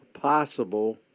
possible